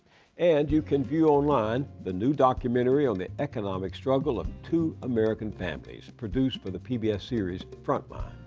and you can view online the new documentary on the economic struggle of two american families, produced for the pbs series frontline.